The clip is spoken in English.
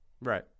Right